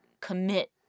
commit